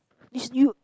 it's you